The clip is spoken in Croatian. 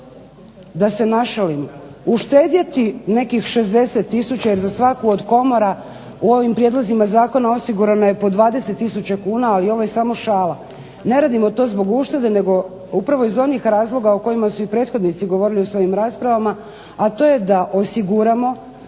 da se našalim uštedjeti nekih 60 tisuća jer za svaku od komora u ovim prijedlozima zakona osigurano je po 20 tisuća kuna, ali ovo je samo šala. Ne radimo to zbog uštede nego upravo iz onih razloga o kojima su i prethodnici govorili u svojim raspravama, a to je da osiguramo